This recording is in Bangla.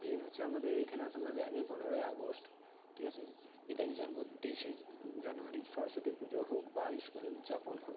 মেন হচ্ছে আমাদের এইখানে আশেপাশে দেখা যায় পনেরোই আগস্ট ঠিক আছে নেতাজির জন্ম তেইশে জানুয়ারি সরস্বতী পুজো হোক বা স্কুলে উদযাপন হোক